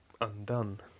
undone